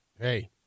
Hey